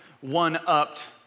one-upped